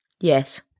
Yes